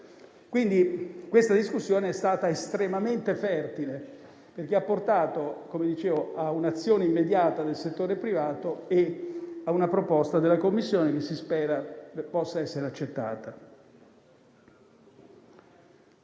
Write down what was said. Quindi la discussione è stata estremamente fertile, perché ha portato a un'azione immediata del settore privato e a una proposta della Commissione che si spera possa essere accettata.